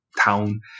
town